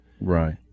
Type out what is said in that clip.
Right